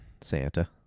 Santa